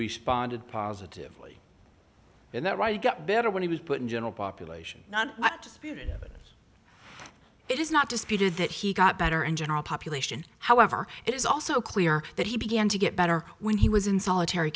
responded positively and that right he got better when he was put in general population not disputed it is not disputed that he got better in general population however it is also clear that he began to get better when he was in solitary